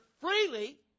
freely